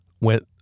went